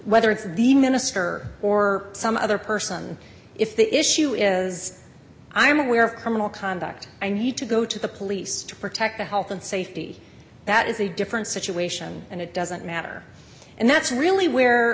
whether it's the minister or some other person if the issue is i am aware of criminal conduct i need to go to the police to protect the health and safety that is a different situation and it doesn't matter and that's really where